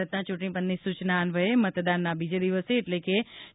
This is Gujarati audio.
ભારતના ચ્રંટણી પંચની સૂચના અન્વયે મતદાનના બીજા દિવસે એટલે કે તા